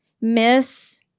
miss